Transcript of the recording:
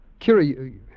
Kira